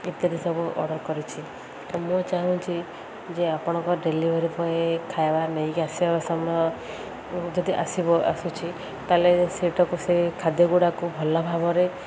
ଇତ୍ୟାଦି ସବୁ ଅର୍ଡ଼ର କରିଛି ତ ମୁଁ ଚାହୁଁଛି ଯେ ଆପଣଙ୍କ ଡେଲିଭରି ବଏ ଖାଇବା ନେଇକି ଆସିବା ସମୟ ଯଦି ଆସିବ ଆସୁଛି ତାହେଲେ ସେଇଟାକୁ ସେ ଖାଦ୍ୟ ଗୁଡ଼ାକୁ ଭଲ ଭାବରେ